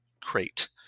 crate